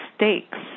mistakes